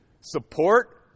support